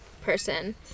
person